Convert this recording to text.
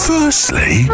Firstly